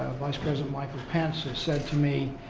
vice president michael pence has said to me,